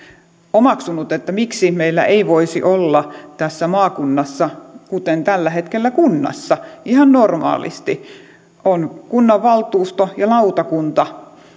omaksunut miksi meillä ei voisi olla myöskin maakunnassa kuten tällä hetkellä kunnassa ihan normaalisti on kunnanvaltuusto ja lautakunta